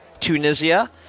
Tunisia